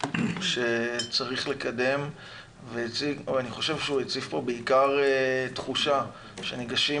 שצריך לקדם ואני חושב שהוא הציף פה בעיקר תחושה שניגשים